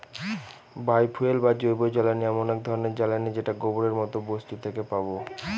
বায় fuel বা জৈবজ্বালানী এমন এক ধরনের জ্বালানী যেটা গোবরের মতো বস্তু থেকে পাবো